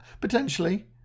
Potentially